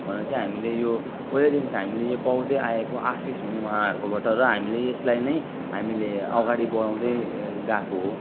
भनेर चाहिँ हामीले यो पहिलैदेखिको हामीले यो पाउँदैआएको आशीष हुन् उहाँहरूबाट र हामीले यो यसलाई नै हामीले अगाडि बढाउँदै गएको हो